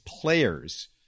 players